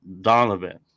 Donovan